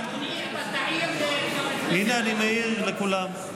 תעיר לחברי הכנסת, הינה, אני מעיר לכולם.